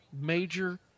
major